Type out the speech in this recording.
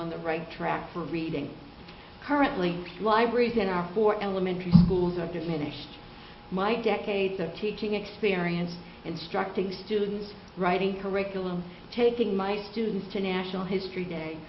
on the right track from reading currently libraries in our four elementary schools a diminished my decades of teaching experience instructing students writing curriculum taking my students to national history day